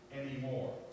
anymore